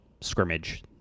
scrimmage